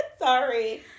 sorry